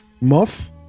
Muff